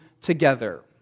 together